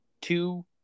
two